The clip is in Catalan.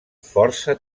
força